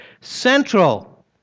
central